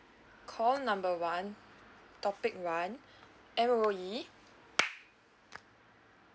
call number one topic one M_O_E